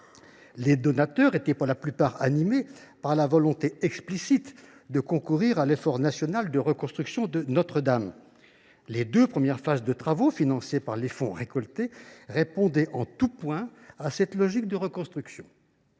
les donateurs étaient pour la plupart animés par la volonté explicite de concourir à l’effort national de reconstruction de Notre Dame. Les deux premières phases de travaux, financées par les fonds récoltés, répondaient en tout point à cette logique. À l’inverse,